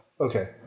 Okay